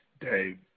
Dave